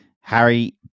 Harry